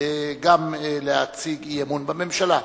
גם להציג אי-אמון בממשלה.